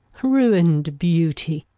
ruin'd beauty!